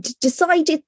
decided